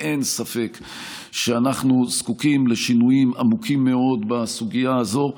אין ספק שאנחנו זקוקים לשינוים עמוקים מאוד בסוגיה הזאת.